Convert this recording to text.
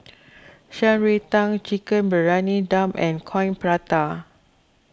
Shan Rui Tang Chicken Briyani Dum and Coin Prata